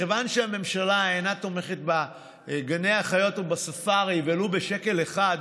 מכיוון שהממשלה אינה תומכת בגני החיות ובספארי ולו בשקל אחד,